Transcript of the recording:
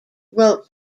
wrote